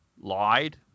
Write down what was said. lied